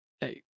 Hey